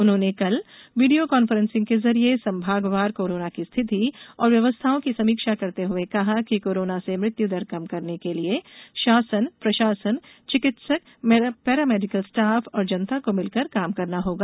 उन्होंने कल video conferencing के जरिए संभागवार कोरोना की स्थिति और व्यवस्थाओं की समीक्षा करते हुए कहा कि कोरोना से मृत्युदर कम करने के लिये शासन प्रशासन चिकित्सक पेरामेडिकल स्टाफ और जनता को मिलकर काम करना होगा